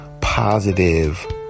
positive